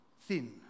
thin